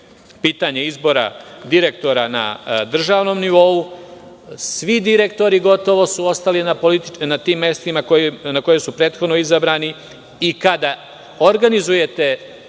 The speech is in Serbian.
pitanje izbora direktora na državnom nivou. Gotovo svi direktori su ostali na tim mestima na koja su prethodno izabrani. Kada organizujete